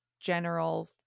general